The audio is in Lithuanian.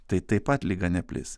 tai taip pat liga neplis